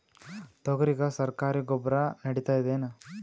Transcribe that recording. ತೊಗರಿಗ ಸರಕಾರಿ ಗೊಬ್ಬರ ನಡಿತೈದೇನು?